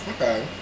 Okay